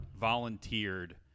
volunteered